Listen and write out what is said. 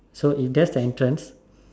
so if that's the entrance